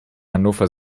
hannover